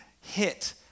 hit